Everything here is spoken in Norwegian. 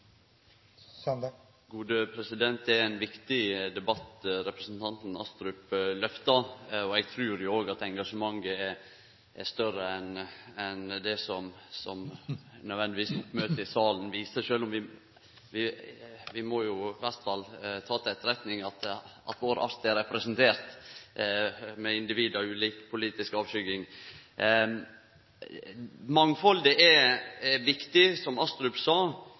ein viktig debatt representanten Astrup lyfter. Eg trur òg at engasjementet er større enn det som oppmøtet i salen nødvendigvis viser – sjølv om vi må ta til etterretning at vår art er representert av individ med ulik politisk avskygging. Mangfaldet er viktig, som Astrup sa.